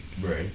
Right